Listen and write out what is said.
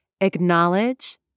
acknowledge